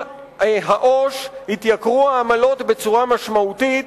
העו"ש התייקרו העמלות בצורה משמעותית,